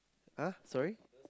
ah sorry